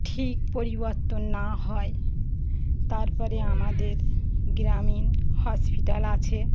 ঠিক পরিবর্তন না হয় তারপরে আমাদের গ্রামীণ হসপিটাল আছে